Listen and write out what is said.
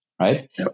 right